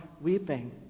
weeping